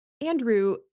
Andrew